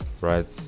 right